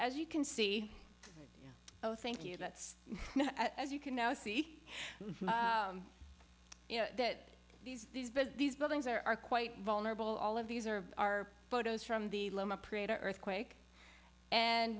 as you can see oh thank you that's as you can now see you know that these these big these buildings are quite vulnerable all of these are of our photos from the loma prieta earthquake and